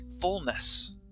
fullness